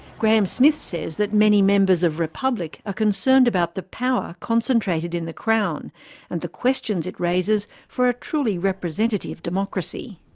graham smith says that many members of republic are ah concerned about the power concentrated in the crown and the questions it raises for a truly representative democracy.